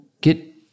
Get